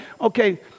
Okay